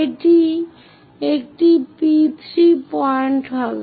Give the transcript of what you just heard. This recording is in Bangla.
এটি একটি P3 পয়েন্ট হবে